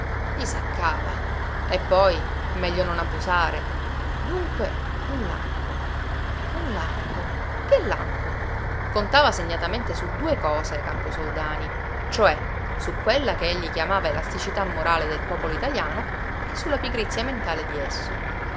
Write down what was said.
gli seccava e poi meglio non abusare dunque un lampo un lampo che lampo contava segnatamente su due cose camposoldani cioè su quella che egli chiamava elasticità morale del popolo italiano e su la pigrizia mentale di esso